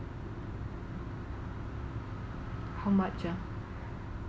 how much ah